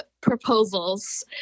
proposals